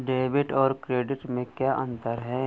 Debit और credit में क्या अंतर है?